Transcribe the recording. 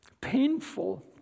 painful